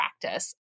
practice